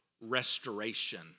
restoration